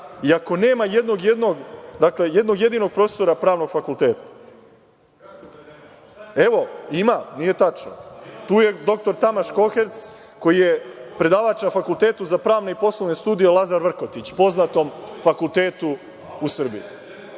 i ako nema jednog jedinog profesora pravnog fakulteta? Evo, ima, nije tačno, tu je dr Tamaš Korhec, koji je predavač na Fakultetu za pravne i poslovne studije „Lazar Vrkotić“, poznatom fakultetu u Srbiji.